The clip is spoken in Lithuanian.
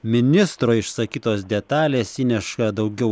ministro išsakytos detalės įneša daugiau